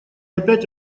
опять